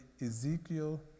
Ezekiel